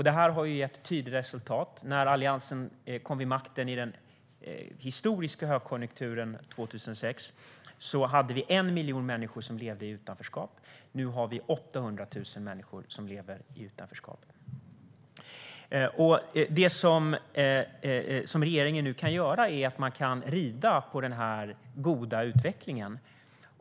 Det har gett tydliga resultat. När Alliansen kom till makten i den historiska högkonjunkturen 2006 var det 1 miljon människor som levde i utanförskap. Nu är det 800 000 människor som lever i utanförskap. Det regeringen kan göra nu är att rida på den goda utvecklingen.